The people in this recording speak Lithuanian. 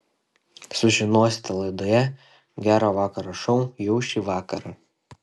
sužinosite laidoje gero vakaro šou jau šį vakarą